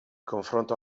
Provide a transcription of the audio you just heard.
confronto